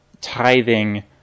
tithing